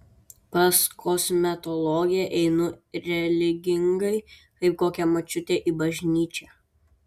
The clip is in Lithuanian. pas kosmetologę einu religingai kaip kokia močiutė į bažnyčią